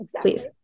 Please